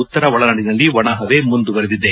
ಉತ್ತರ ಒಳನಾಡಿನಲ್ಲಿ ಒಣಹವೆ ಮುಂದುವರಿದಿದೆ